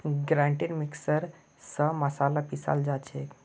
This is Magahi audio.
ग्राइंडर मिक्सर स मसाला पीसाल जा छे